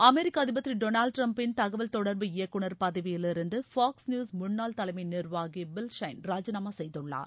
America அதிபர் திரு Donald டிரம்பின் தகவல் தொடர்பு இயக்குனர் பதவியிலிருந்து ஃபாக்ஸ் நியூஸ் முன்னாள் தலைமை நிர்வாகி பில் ஷைன் ராஜினாமா செய்துள்ளார்